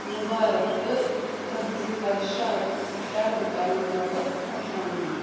مبارک تہٕ تُہنٛدۍ خدشات شرٛد كرنہٕ باپتھ خۄش آمدیٖد